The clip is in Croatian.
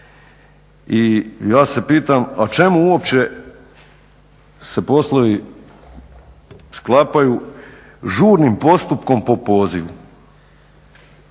I ja se pitam, a čemu uopće se poslovi sklapaju žurnim postupkom po pozivu?